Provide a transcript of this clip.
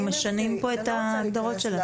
אנחנו משנים את ההגדרות.